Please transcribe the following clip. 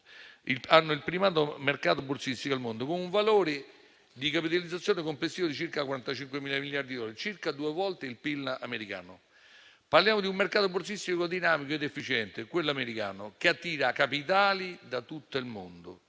hanno il primo mercato borsistico al mondo, con un valore di capitalizzazione complessiva di circa 45.000 miliardi di dollari: circa due volte il PIL americano. Parliamo di un mercato borsistico dinamico ed efficiente, quello americano, che attira capitali da tutto il mondo.